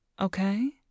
okay